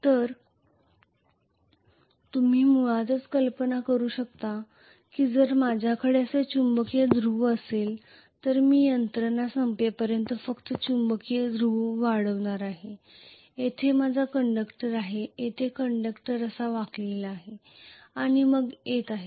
तर तुम्ही मुळातच कल्पना करू शकता की जर माझ्याकडे असे चुंबकीय ध्रुव असेल तर मी यंत्रणा संपेपर्यंत फक्त चुंबकीय ध्रुव वाढवणार आहे जेथे माझा कंडक्टर आहे तेथे कंडक्टर असा वाकलेला आहे आणि मग येत आहे